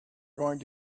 going